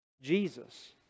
Jesus